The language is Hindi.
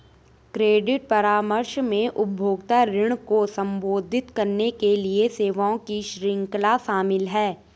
क्रेडिट परामर्श में उपभोक्ता ऋण को संबोधित करने के लिए सेवाओं की श्रृंखला शामिल है